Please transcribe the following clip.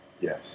Yes